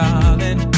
Darling